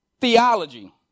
theology